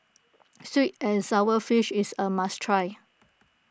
Sweet and Sour Fish is a must try